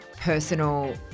personal